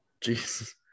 Jesus